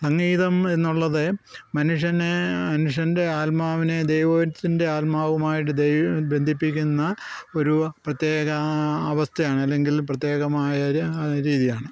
സംഗീതം എന്നുള്ളത് മനുഷ്യനെ മനുഷ്യൻ്റെ ആത്മാമാവിനെ ദൈവത്തിൻ്റെ ആത്മാവുമായിട്ട് ബന്ധിപ്പിക്കുന്ന ഒരു പ്രത്യേക അവസ്ഥയാണ് അല്ലെങ്കിൽ പ്രത്യേകമായ ഒരു രീതിയാണ്